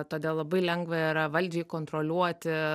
todėl labai lengva yra valdžiai kontroliuoti